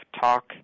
talk